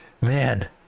man